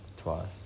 Twice